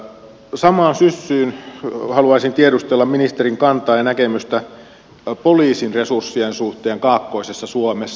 samaan syssyyn haluaisin tiedustella ministerin kantaa ja näkemystä poliisin resurssien suhteen kaakkoisessa suomessa